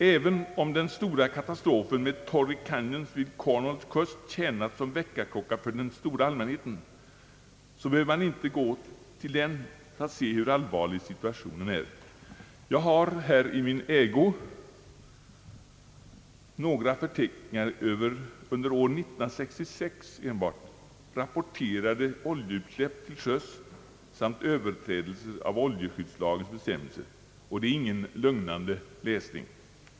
även om den stora katastrofen med Torrey Canyon vid Cornwalls kust tjänat som väckarklocka för den stora allmänheten, finns det mycket annat som också visar hur allvarlig situationen är. Jag har i min hand några förteckningar över enbart under år 1966 rapporterade oljeutsläpp till sjöss samt överträdelser av oljeskyddslagens bestämmelser, och det är ingen lugnande läsning.